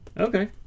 Okay